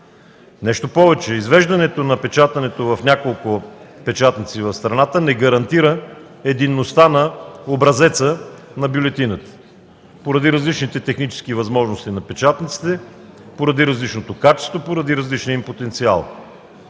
Нещо повече, извеждането на печатането в няколко печатници в страната не гарантира единността на образеца на бюлетината поради различните технически възможности на печатниците, поради различното качество, поради различния им потенциал.